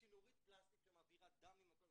צינורית פלסטיק שמעבירה דם ממקום למקום,